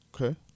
okay